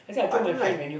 I don't like